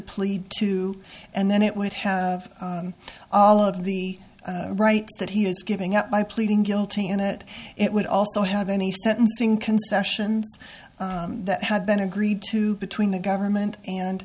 plead to and then it would have all of the right that he is giving up by pleading guilty and that it would also have any sentencing concession that had been agreed to between the government and